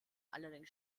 allerdings